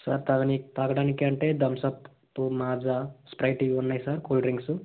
sir త్రాగడానికి తాగడానికి అంటే థమ్సప్పు మాజా స్ప్రైట్ ఇవి ఉన్నాయి సార్ కూల్ డ్రింక్సు